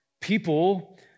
People